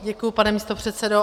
Děkuji, pane místopředsedo.